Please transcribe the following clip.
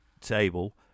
table